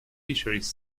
fisheries